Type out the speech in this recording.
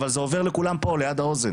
אבל זה עובר לכולם פה ליד האוזן